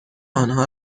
آنها